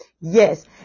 yes